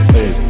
Hey